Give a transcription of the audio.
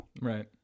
Right